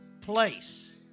place